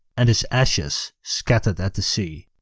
and his ashes scattered at the sea.